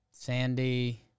Sandy